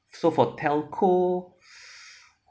so for telco